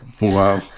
Wow